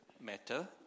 Matter